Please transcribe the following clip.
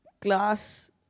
class